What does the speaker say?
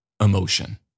emotion